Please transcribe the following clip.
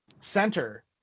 center